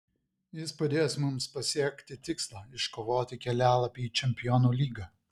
jis padės mums pasiekti tikslą iškovoti kelialapį į čempionų lygą